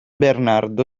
bernardo